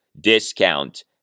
discount